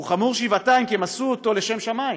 הוא חמור שבעתיים כי הם עשו אותו לשם שמים.